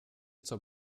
zur